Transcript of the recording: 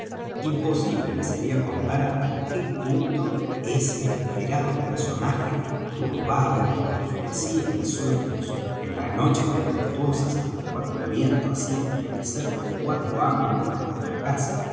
imposible me sería contar hasta qué punto ese esperado personaje turbaba y entristecía mis sueños en las noches tempestuosas cuando el viento hacía estremecer los cuatro ángulos de nuestra casa